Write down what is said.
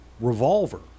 revolver